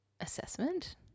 assessment